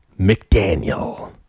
mcdaniel